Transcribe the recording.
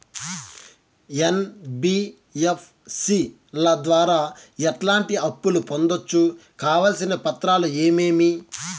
NBFC ల ద్వారా ఎట్లాంటి అప్పులు పొందొచ్చు? కావాల్సిన పత్రాలు ఏమేమి?